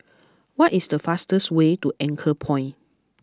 what is the fastest way to Anchorpoint